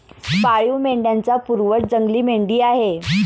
पाळीव मेंढ्यांचा पूर्वज जंगली मेंढी आहे